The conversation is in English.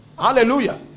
Hallelujah